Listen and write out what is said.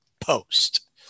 post